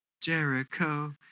Jericho